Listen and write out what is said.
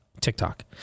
TikTok